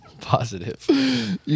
Positive